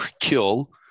kill